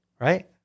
right